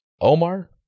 Omar